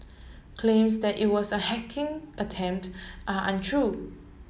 claims that it was a hacking attempt are untrue